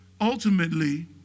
Ultimately